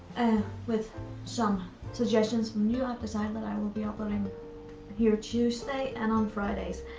ah with some suggestions from you, i've decided that i will be uploading here tuesday and on fridays.